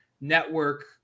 network